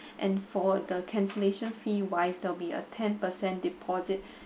and for the cancellation fee wise there will be a ten per cent deposit